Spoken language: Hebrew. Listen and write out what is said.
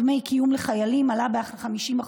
דמי הקיום לחיילים עלו ב-50%.